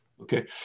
Okay